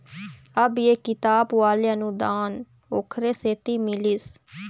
अब ये किताब वाले अनुदान ओखरे सेती मिलिस